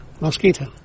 Mosquito